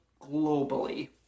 globally